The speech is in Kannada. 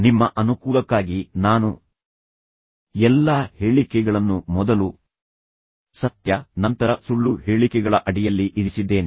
ನಿಮ್ಮ ಅನುಕೂಲಕ್ಕಾಗಿ ನಾನು ಎಲ್ಲಾ ಹೇಳಿಕೆಗಳನ್ನು ಮೊದಲು ಸತ್ಯ ನಂತರ ಸುಳ್ಳು ಹೇಳಿಕೆಗಳ ಅಡಿಯಲ್ಲಿ ಇರಿಸಿದ್ದೇನೆ